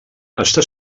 està